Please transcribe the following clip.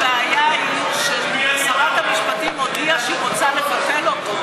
הבעיה היא ששרת המשפטים הודיעה שהיא רוצה לבטל אותו,